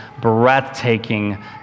breathtaking